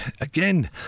again